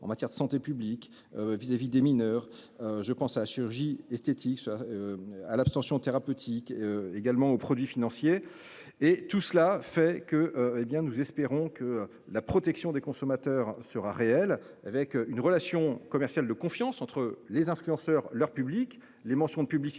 en matière de santé publique vis-à-vis des mineurs. Je pense à la chirurgie esthétique soit. À l'abstention thérapeutique également aux produits financiers et tout cela fait que, hé bien nous espérons que la protection des consommateurs sera réelle avec une relation commerciale de confiance entre les influenceurs leur public, les mentions publicité